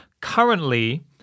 currently